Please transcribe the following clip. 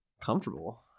Comfortable